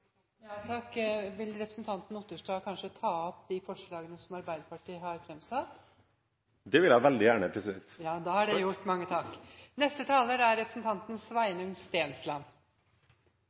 Vil representanten Otterstad kanskje ta opp de forslagene som Arbeiderpartiet har fremsatt? Det vil jeg veldig gjerne, president. Representanten Audun Otterstad har tatt opp de forslagene han refererte til. Norge er